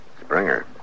Springer